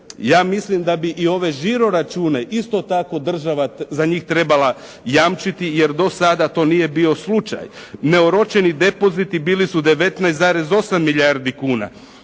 Ja mislim da bi i ove žiro račune isto tako država za njih trebala jamčiti jer do sada to nije bio slučaj. Neoročeni depoziti bili su 19,8 milijardi kuna.